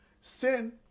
sin